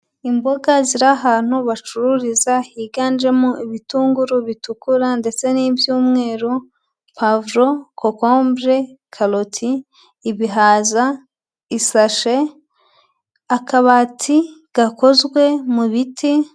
Imboga ziri ahantu bacururiza higanjemo ibitunguru bitukura ndetse n'iby'umweru, puwavuro, kokombure, karoti, ibihaza, isashe, akabati gakozwe mu biti...